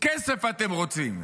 כסף אתם רוצים,